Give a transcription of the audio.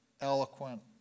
eloquent